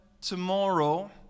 tomorrow